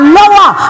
lower